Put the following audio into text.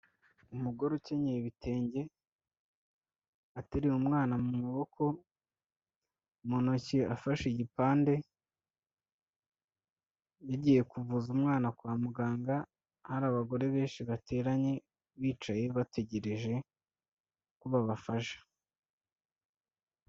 Umugore ukenyeye ibitenge ateruye umwana mu maboko, mu ntoki afashe igipande yagiye kuvuza umwana kwa muganga, hari abagore benshi bateranye bicaye bategereje ko babafasha.